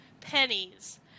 pennies